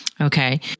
Okay